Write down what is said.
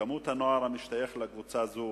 היקף הנוער המשתייך לקבוצה זו